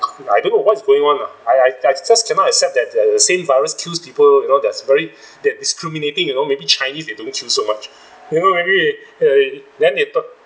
I don't know what is going on lah I I I just cannot accept that the same virus kills people you know that's varied that's discriminating you know maybe chinese they don't kill so much you know maybe eh then they thought